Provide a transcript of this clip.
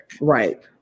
Right